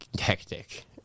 hectic